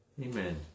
Amen